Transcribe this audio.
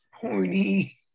Horny